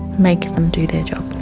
make them do their job.